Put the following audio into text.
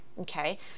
Okay